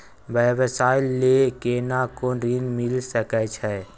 व्यवसाय ले केना कोन ऋन मिल सके छै?